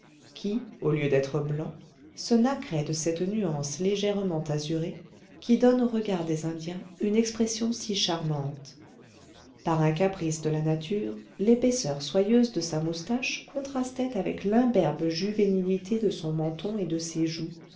qui au lieu d'être blanc se nacrait de cette nuance légèrement azurée qui donne au regard des indiens une expression si charmante par un caprice de la nature l'épaisseur soyeuse de sa moustache contrastait avec l'imberbe juvénilité de son menton et de ses joues